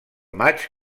maig